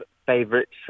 favorites